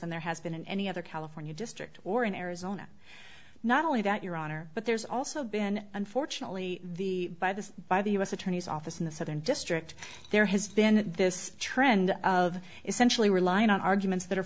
than there has been in any other california district or in arizona not only that your honor but there's also been unfortunately the by the by the u s attorney's office in the southern district there has been this trend of essentially relying on arguments that are